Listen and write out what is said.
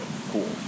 cool